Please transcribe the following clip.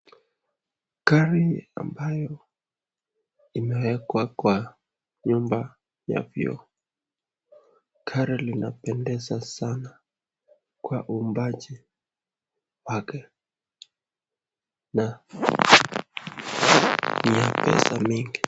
Gari ambasyo imeekwa kwa nyumba ya vioo. Gari linapendeza saana kwa uumbaji wake na ni ya pesa mingi.